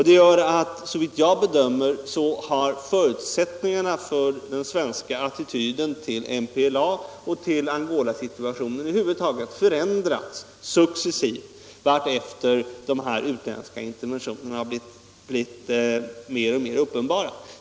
Det gör att — såvitt jag kan bedöma — förutsättningarna för den svenska attityden till MPLA och till Angolas situation har förändrats successivt vartefter de utländska interventionerna blivit mer och mer uppenbara.